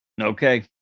Okay